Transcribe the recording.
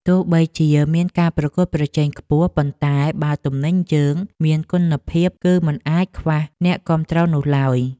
ទោះបីជាមានការប្រកួតប្រជែងខ្ពស់ប៉ុន្តែបើទំនិញយើងមានគុណភាពគឺមិនខ្វះអ្នកគាំទ្រនោះឡើយ។